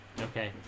Okay